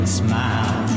smile